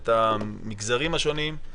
את ההבחנות בין המגזרים השונים.